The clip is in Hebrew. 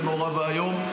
זה נורא ואיום,